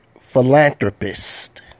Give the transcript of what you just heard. Philanthropist